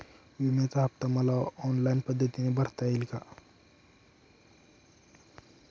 विम्याचा हफ्ता मला ऑनलाईन पद्धतीने भरता येईल का?